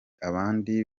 abandi